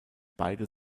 beide